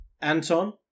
Anton